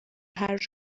هرج